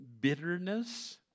bitterness